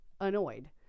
Annoyed